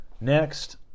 Next